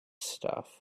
stuff